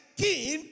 king